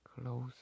close